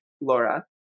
Laura